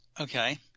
Okay